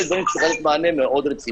צריך לתת לזה מענה.